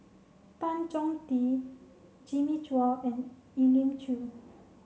Tan Chong Tee Jimmy Chua and Elim Chew